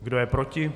Kdo je proti?